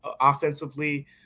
offensively